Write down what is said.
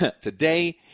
today